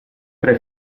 tre